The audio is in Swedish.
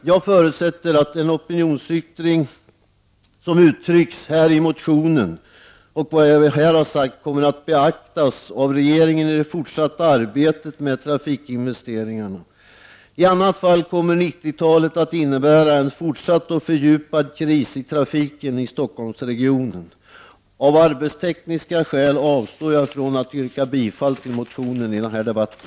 Jag förutsätter att den opinionsyttring som görs i motionen och med vad jag här har sagt kommer att beaktas av regeringen i det fortsatta arbetet med trafikinvesteringarna. I annat fall kommer 90-talet att innebära en fortsatt och fördjupad kris i trafiken i Stockholmsregionen. Av arbetstekniska skäl avstår jag från att yrka bifall till motionen i den här debatten.